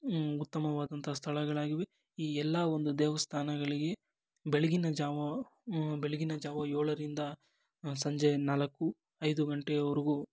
ಉತ್ತಮವಾದಂತಹ ಸ್ಥಳಗಳಾಗಿವೆ ಈ ಎಲ್ಲ ಒಂದು ದೇವಸ್ಥಾನಗಳಿಗೆ ಬೆಳಗಿನ ಜಾವ ಬೆಳಗಿನ ಜಾವ ಏಳರಿಂದ ಸಂಜೆ ನಾಲ್ಕು ಐದು ಗಂಟೆಯವರೆಗೂ